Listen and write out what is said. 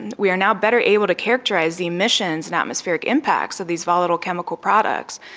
and we are now better able to characterise the emissions and atmospheric impacts of these volatile chemical products,